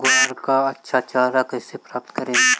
ग्वार का अच्छा चारा कैसे प्राप्त करें?